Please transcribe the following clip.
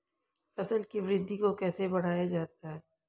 फसल की वृद्धि को कैसे बढ़ाया जाता हैं?